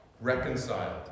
reconciled